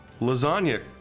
lasagna